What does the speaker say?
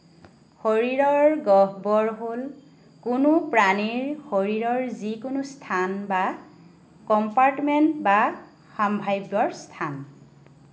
শৰীৰৰ গহ্বৰ হ'ল কোনো প্ৰাণীৰ শৰীৰৰ যিকোনো স্থান বা কম্পাৰ্টমেণ্ট বা সম্ভাৱ্য স্থান